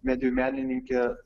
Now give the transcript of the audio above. medijų menininkė